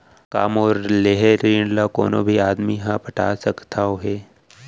का मोर लेहे ऋण ला कोनो भी आदमी ह पटा सकथव हे?